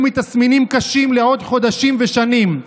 מתסמינים קשים לעוד חודשים ושנים,